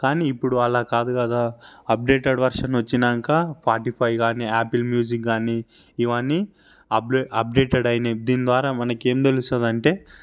కానీ ఇప్పుడు అలా కాదు కదా అప్డేటెడ్ వెర్షన్ వచ్చినాక స్పాటిఫై గానీ యాపిల్ మ్యూజిక్ గానీ ఇవన్నీ యాప్లే అప్డేటెడ్ అయ్యిని దీనిద్వారా మనకి ఎం తెలుస్తుంది అంటే